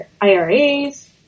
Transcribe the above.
IRAs